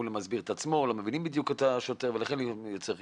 הוא לא מבין בדיוק את השוטר ולכן זה מייצר חיכוך.